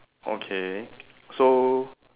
okay so